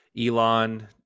Elon